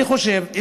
אני חושב,